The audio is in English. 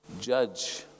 judge